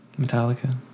Metallica